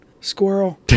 Squirrel